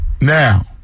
Now